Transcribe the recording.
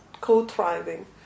co-thriving